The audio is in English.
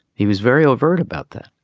he was very overt about that